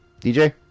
dj